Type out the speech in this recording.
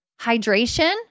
hydration